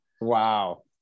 Wow